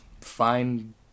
fine